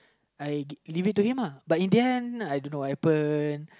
I give it to him uh but in the end I don't know what happen